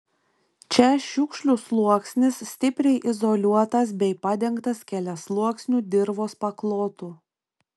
čia šiukšlių sluoksnis stipriai izoliuotas bei padengtas keliasluoksniu dirvos paklotu